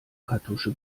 kartusche